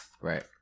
Right